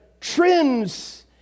trends